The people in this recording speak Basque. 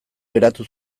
geratu